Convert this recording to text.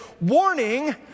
warning